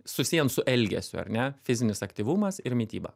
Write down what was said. susiejant su elgesiu ar ne fizinis aktyvumas ir mityba